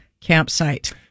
campsite